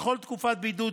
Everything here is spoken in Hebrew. בכל תקופת בידוד,